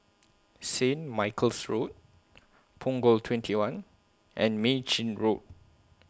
Saint Michael's Road Punggol twenty one and Mei Chin Road